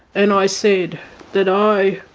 and i said that i